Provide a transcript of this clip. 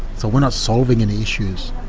so we're not solving any issues.